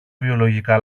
βιολογικά